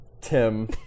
Tim